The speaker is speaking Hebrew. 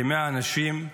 כ-100 אנשים,